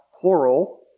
plural